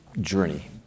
journey